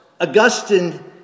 Augustine